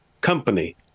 company